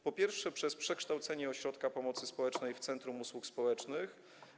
Po pierwsze, przez przekształcenie ośrodka pomocy społecznej w centrum usług społecznych.